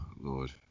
Lord